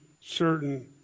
certain